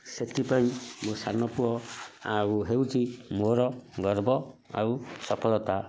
ସେଥିପାଇଁ ମୋ ସାନ ପୁଅ ଆଉ ହେଉଛି ମୋର ଗର୍ବ ଆଉ ସଫଳତା